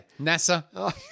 NASA